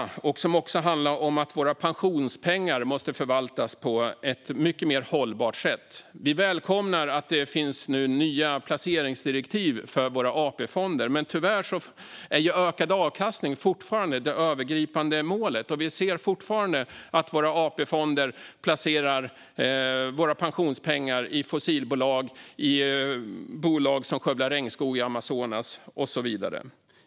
Den handlar också om att våra pensionspengar måste förvaltas på ett mycket mer hållbart sätt. Vi välkomnar att det nu finns nya placeringsdirektiv för våra AP-fonder, men tyvärr är ökad avkastning fortfarande det övergripande målet. Vi ser fortfarande att AP-fonderna placerar våra pensionspengar i fossilbolag, i bolag som skövlar regnskog i Amazonas och så vidare.